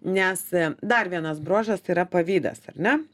nes dar vienas bruožas tai yra pavydas ar ne